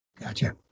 Gotcha